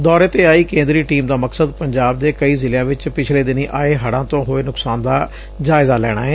ਦੌਰੇ ਤੇ ਆਈ ਕੇਂਦਰੀ ਟੀਮ ਦਾ ਮਕਸਦ ਪੰਜਾਬ ਦੇ ਕਈ ਜ਼ਿਲ੍ਹਿਆਂ ਵਿਚ ਪਿਛਲੇ ਦਿਨੀਂ ਅਏ ਹਤੂਾਂ ਤੋਂ ਹੋਏ ਨੁਕਸਾਨ ਦਾ ਜਾਇਜ਼ਾ ਲੈਣਾ ਏ